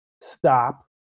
stop